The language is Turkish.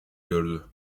gördü